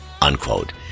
unquote